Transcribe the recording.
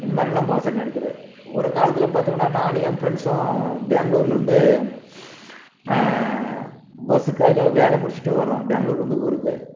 இந்தமாதிரியெல்லாம் மோசடி நடக்குது ஒரு காலத்தில் பார்த்தோமுன்னா நானும் என் ஃப்ரெண்ட்சும் பேங்களூர்லேர்ந்து பஸ்ஸுக்காக வேலை முடிச்சிட்டு வரோம் பேங்ளூர்லிர்ந்து ஊருக்கு